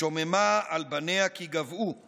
שוממה / על בניה כי גוועו /